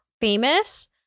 famous